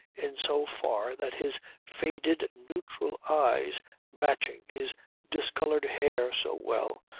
in so far that his faded neutral eyes matching his discoloured hair so well,